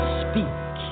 speak